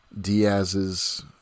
Diaz's